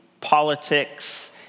politics